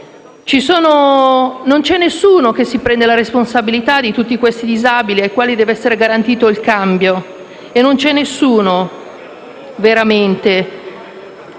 Non c'è nessuno che si prende la responsabilità di tutti questi disabili, ai quali deve essere garantito il cambio; non c'è nessuno, veramente.